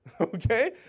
Okay